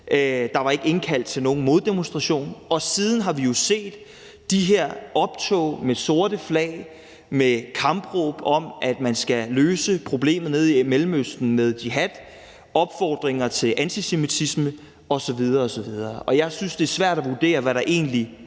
Der var ikke indkaldt til nogen moddemonstration. Og siden har vi jo set de her optog med sorte flag og kampråb om, at man skal løse problemet i Mellemøsten med jihad, opfordringer til antisemitisme osv. osv. Jeg synes, det er svært at vurdere, hvad der egentlig er